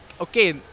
okay